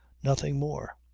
nothing more.